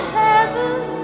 heaven